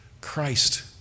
Christ